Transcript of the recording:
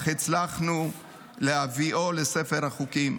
אך הצלחנו להביאו לספר החוקים.